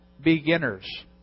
beginners